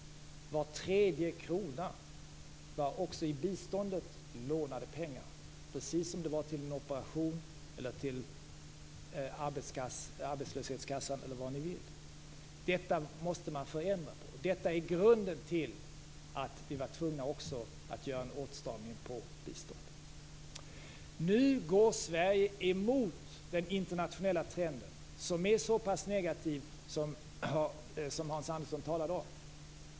Var tredje krona var också i fråga om biståndet lånade pengar, som Helena Nilsson sade, precis som det var när det gällde en operation, arbetslöshetskassan etc. Detta måste man ändra på. Det här är grunden till att vi var tvungna att göra en åtstramning också på biståndet. Nu går Sverige emot den internationella trenden, som är så negativ som Hans Andersson sade.